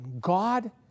God